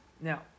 Now